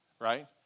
Right